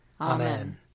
Amen